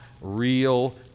real